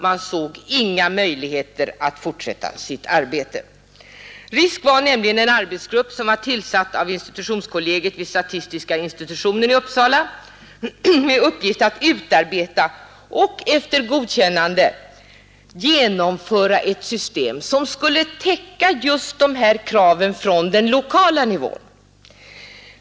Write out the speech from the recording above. Man såg inga möjligheter att fortsätta sitt arbete. RISK var nämligen en arbetsgrupp som var tillsatt av institutionskollegiet vid statistiska institutionen i Uppsala med uppgift att utarbeta och efter godkännande genomföra ett system som skulle täcka just de här kraven från den lokala nivån.